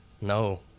No